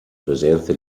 presenza